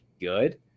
good